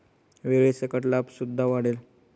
वेळेसकट लाभ सुद्धा वाढेल